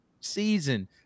season